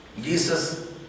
Jesus